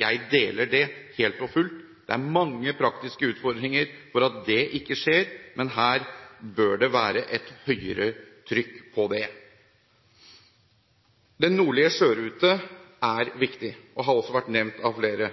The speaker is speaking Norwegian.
Jeg deler det synet helt og fullt. Det er mange praktiske utfordringer som gjør at det ikke skjer. Men det bør være et større trykk på dette. Den nordlige sjørute er viktig, og den har også vært nevnt av flere.